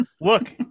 look